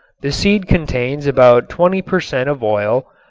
the seed contains about twenty per cent. of oil,